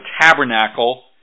tabernacle